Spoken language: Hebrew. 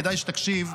כדאי שתקשיב,